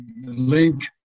link